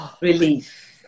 Relief